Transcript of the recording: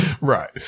Right